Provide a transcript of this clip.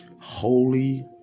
holy